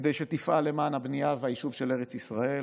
כדי שתפעל למען הבנייה והיישוב של ארץ ישראל.